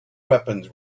weapons